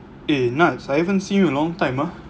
eh Nads I haven't seen you in a long time ah